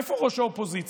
איפה ראש האופוזיציה,